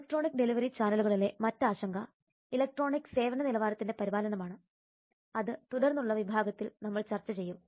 electronic delivery ചാനലുകളിലെ മറ്റ് ആശങ്ക ഇലക്ട്രോണിക് സേവന നിലവാരത്തിന്റെ പരിപാലനമാണ് അത് തുടർന്നുള്ള വിഭാഗത്തിൽ നമ്മൾ ചർച്ച ചെയ്യും